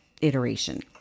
iteration